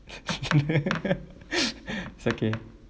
it's okay